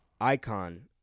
icon